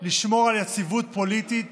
לשמור על יציבות פוליטית